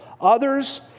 Others